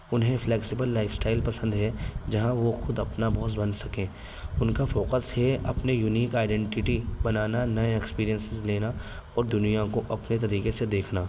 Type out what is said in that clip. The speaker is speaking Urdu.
انہیں فلیکسیبل لائفسٹائل پسند ہے جہاں وہ خود اپنا بوس بن سکیں ان کا فوکس ہے اپنے یونیک آئیڈینٹٹی بنانا نئے ایکسپریئنسز لینا اور دنیا کو اپنے طریقے سے دیکھنا